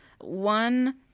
one